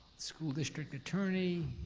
school district attorney.